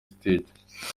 stage